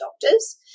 doctors